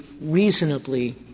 reasonably